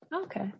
Okay